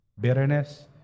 bitterness